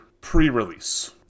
pre-release